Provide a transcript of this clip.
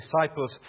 disciples